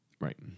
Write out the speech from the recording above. Right